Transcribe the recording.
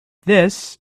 this